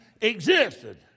existed